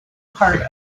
part